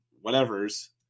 whatever's